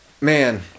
man